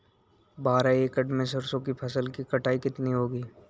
बारह एकड़ में सरसों की फसल की कटाई कितनी होगी?